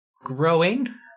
growing